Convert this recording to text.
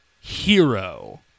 Hero